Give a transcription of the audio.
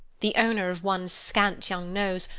the owner of one scant young nose,